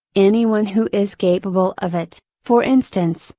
anyone who is capable of it, for instance,